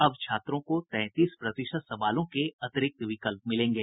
अब छात्रों को तैंतीस प्रतिशत सवालों के अतिरिक्त विकल्प मिलेंगे